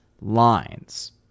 lines